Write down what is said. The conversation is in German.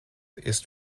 ist